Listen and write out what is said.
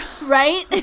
right